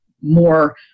more